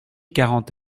quarante